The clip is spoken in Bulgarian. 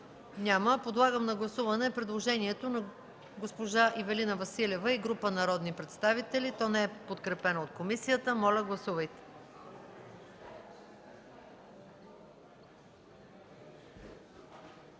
Няма. Подлагам на гласуване предложението на госпожа Ивелина Василева и група народни представители, което не се подкрепя от комисията. Гласували